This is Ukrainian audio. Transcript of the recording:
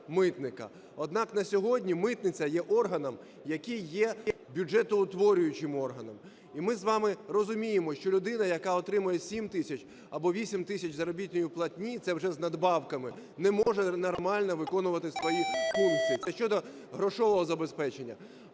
Однак на сьогодні митниця є органом, який є бюджетоутворюючим органом, і ми з вами розуміємо, що людина, яка отримує 7 тисяч або 8 тисяч заробітної платні, це вже з надбавками, не може нормально виконувати свої функції. Це щодо грошового забезпечення.